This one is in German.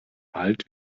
alt